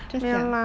just 讲